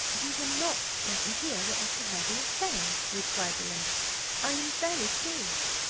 you will not let me hear what mr. hervey is saying, replied belinda i am very curious.